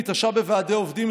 התעשרה בוועדי עובדים,